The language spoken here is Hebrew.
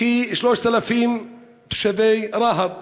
כ-3,000 תושבי רהט